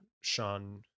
Sean